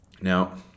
Now